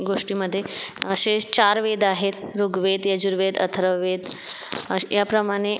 गोष्टीमध्ये असेच चार वेद आहेत ऋग्वेद यजुर्वेद अथर्ववेद या प्रमाणे